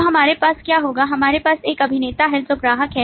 तो हमारे पास क्या होगा हमारे पास एक अभिनेता है जो ग्राहक है